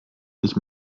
ich